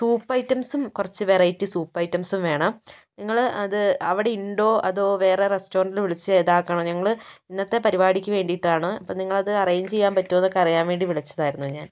soup ഐറ്റംസും കൊറച്ചു variety സൂപ്പൈറ്റംസും വേണം ഇങ്ങള് അത് അവിടെ ഉണ്ടോ അതോ വേറെ റസ്റ്റോറൻറ് വിളിച്ച് ഇതാക്കണോ ഞങ്ങള് ഇന്നത്തെ പരിപാടിക്ക് വേണ്ടിയിട്ടാണ് അപ്പോൾ നിങ്ങളത് അറേഞ്ച് ചെയ്യാൻ പറ്റുമോ എന്നൊക്കറിയാൻ വേണ്ടി വിളിച്ചതായിരുന്നു ഞാൻ